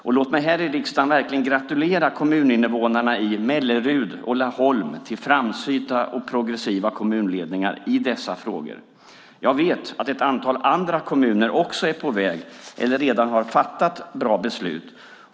Och låt mig här i riksdagen verkligen gratulera kommuninvånarna i Mellerud och Laholm till framsynta och progressiva kommunledningar i dessa frågor. Jag vet att också ett antal andra kommuner är på väg eller redan har fattat bra beslut.